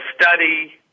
study